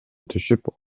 түшүп